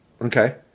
okay